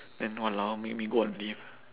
then !walao! make me go on leave